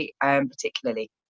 particularly